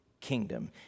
kingdom